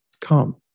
Come